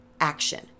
action